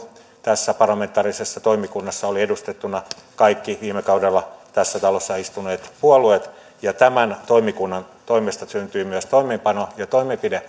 tässä parlamentaarisessa toimikunnassa olivat edustettuina kaikki viime kaudella tässä talossa istuneet puolueet ja tämän toimikunnan toimesta syntyi myös toimenpide